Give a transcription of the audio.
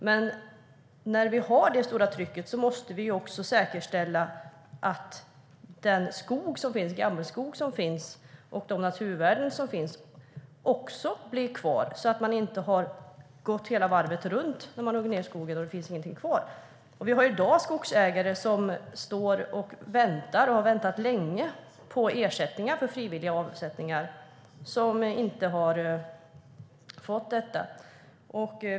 Med detta stora tryck måste vi också säkerställa att naturvärdena i gammelskogen också blir kvar, så att man inte har gått varvet runt när man har huggit ned skogen och det inte finns något kvar. Det finns i dag skogsägare som har väntat länge på ersättningar för frivilliga avsättningar. De har inte fått dem.